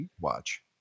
watch